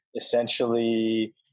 Essentially